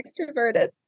extroverted